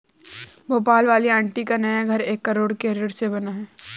भोपाल वाली आंटी का नया घर एक करोड़ के ऋण से बना है